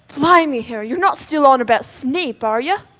blimey, harry, you're not still on about snape, are yeah